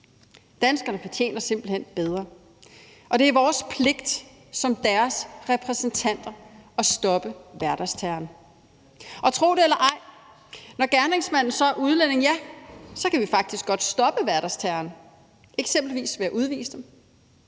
Danskerne fortjener simpelt hen bedre, og det er vores pligt som deres repræsentanter at stoppe hverdagsterroren. Og tro det eller ej, når gerningsmændene så er udlændinge, kan vi faktisk godt stoppe hverdagsterroren, eksempelvis ved at udvise dem.